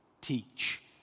Teach